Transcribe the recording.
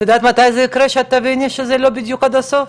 את יודעת מתי זה יקרה כשאת תביני שזה לא בדיוק עד הסוף?